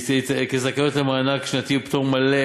כזכאיות למענק שנתי ופטור מלא,